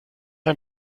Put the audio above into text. ein